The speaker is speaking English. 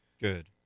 Good